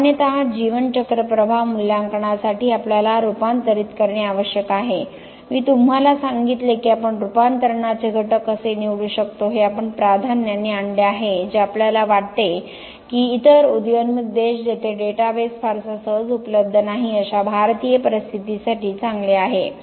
सामान्यतः जीवन चक्र प्रभाव मूल्यांकनासाठी आपल्याला रूपांतरित करणे आवश्यक आहे मी तुम्हाला सांगितले की आपण रूपांतरणाचे घटक कसे निवडू शकतो हे आपण प्राधान्याने आणले आहे जे आपल्याला वाटते की इतर उदयोन्मुख देश जेथे डेटाबेस फारसा सहज उपलब्ध नाहीत अशा भारतीय परिस्थितीसाठी चांगले आहे